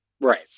Right